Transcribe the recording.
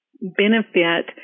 benefit